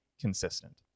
consistent